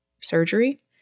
surgery